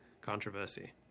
controversy